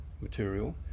material